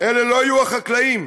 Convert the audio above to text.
אלה לא יהיו החקלאים.